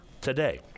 today